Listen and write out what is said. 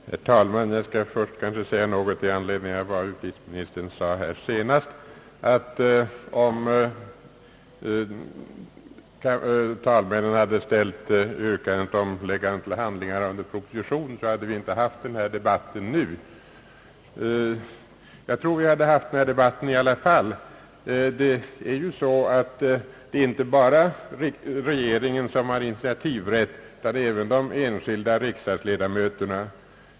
Herr talman! Jag skall först anföra några ord i anledning av justitieministerns uttalande att om talmännen inte hade vägrat att ställa socialdemokraternas yrkande under proposition så skulle vi inte ha haft denna debatt nu. Jag tror att vi hade haft denna debatt i alla fall. Det är ju inte bara regeringen, som har initiativrätt, utan även de enskilda riksdagsledamöterna.